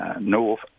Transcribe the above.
North